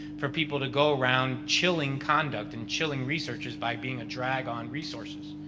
for people to go around chilling conduct and chilling researches by being a drag on resources.